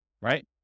right